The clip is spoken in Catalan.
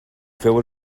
feu